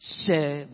share